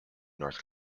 north